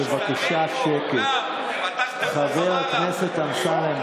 בבקשה, חבר הכנסת אמסלם.